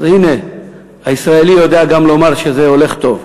אז הנה, הישראלי יודע גם לומר שזה הולך טוב.